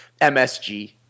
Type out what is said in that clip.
MSG